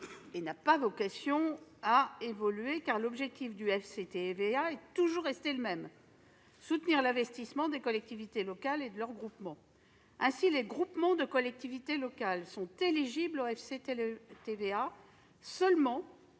et n'a pas vocation à évoluer, car l'objectif du FCTVA est toujours resté le même : soutenir l'investissement des collectivités locales et de leurs groupements. Ainsi, les groupements de collectivités locales sont éligibles au FCTVA seulement